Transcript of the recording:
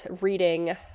reading